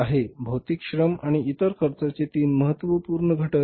भौतिक श्रम आणि इतर खर्चाचे तीन महत्त्वपूर्ण घटक